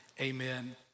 amen